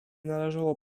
należało